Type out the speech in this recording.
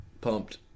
pumped